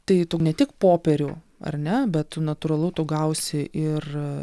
ta tu ne tik popierių ar ne bet tu natūralu tu gausi ir